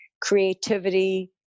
creativity